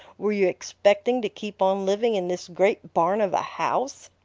were you expecting to keep on living in this great barn of a house?